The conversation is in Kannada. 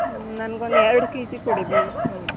ಒನ್ ನನ್ಗೆ ಒಂದೆರಡು ಕೆಜಿ ಕೊಡಿ ಬೀನ್ಸ್ ಹೌದು